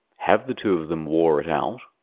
have the two of them war it out,